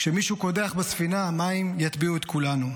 כשמישהו קודח בספינה המים יטביעו את כולנו.